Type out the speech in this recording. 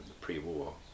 pre-war